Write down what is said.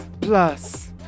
Plus